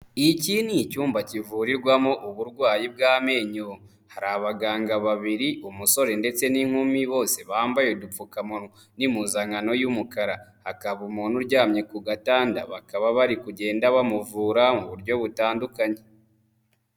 Iki ni icyumba kivurirwamo uburwayi bw'amenyo, hari abaganga babiri umusore ndetse n'inkumi bose bambaye udupfukamunwa n'impuzankano y'umukara, hakaba umuntu uryamye ku gatanda, bakaba bari kugenda bamuvura mu buryo butandukanye.